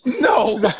No